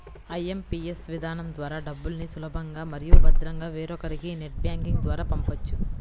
IMPS విధానం ద్వారా డబ్బుల్ని సులభంగా మరియు భద్రంగా వేరొకరికి నెట్ బ్యాంకింగ్ ద్వారా పంపొచ్చు